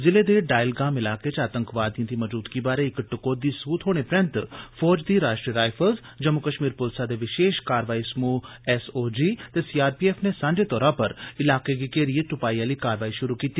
जिले दे डायलगाम इलाके च आतंकवादिएं दी मौजूदगी बारै इक टकोह्दी सूह थ्होने परँत फौज दी राश्ट्रीय राइफल्स जम्मू कष्मीर पुलसै दे विषेश कार्रवाई समूह एसओजी ते सीआरपीएफ नै सांझे तौरा पर इलाके गी घेरिए तुपाई आली कार्रवाई षुरू कीती